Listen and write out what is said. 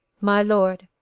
my lord,